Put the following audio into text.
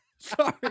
Sorry